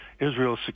Israel